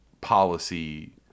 policy